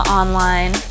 online